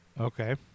Okay